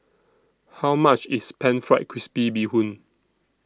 How much IS Pan Fried Crispy Bee Hoon